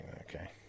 okay